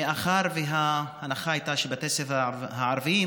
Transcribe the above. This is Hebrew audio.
מאחר שההנחה הייתה שבבתי הספר הערביים